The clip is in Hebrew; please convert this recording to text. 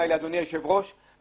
אדוני היושב ראש,